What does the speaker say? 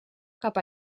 cap